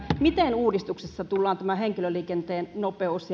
miten uudistuksessa tullaan tämä henkilöliikenteen nopeus